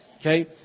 Okay